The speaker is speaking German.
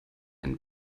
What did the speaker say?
einen